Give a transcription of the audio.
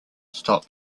stop